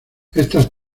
estas